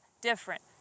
different